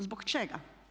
Zbog čega?